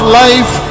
life